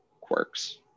quirks